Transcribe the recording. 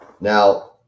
Now